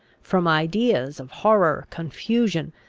from ideas of horror, confusion,